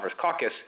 Caucus